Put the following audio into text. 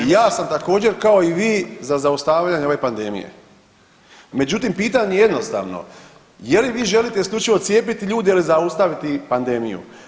I ja sam također kao i vi za zaustavljanje ove pandemije, međutim pitanje je jednostavno, je li vi želite isključivo cijepiti ljude ili zaustaviti panedmiju?